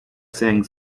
saying